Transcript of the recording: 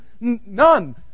none